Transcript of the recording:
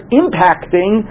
impacting